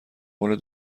قول